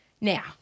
Now